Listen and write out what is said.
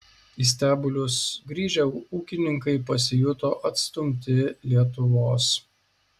į stebulius grįžę ūkininkai pasijuto atstumti lietuvos